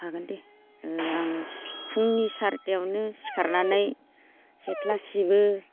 हागोन दे ओ आङो फुंनि सारिथायावनो सिखारनानै सेथ्ला सिबो